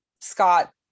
Scott